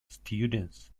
students